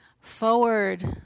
forward